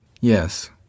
Yes